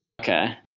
Okay